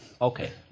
Okay